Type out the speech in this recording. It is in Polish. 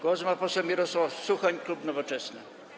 Głos ma poseł Mirosław Suchoń, klub Nowoczesna.